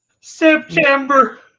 September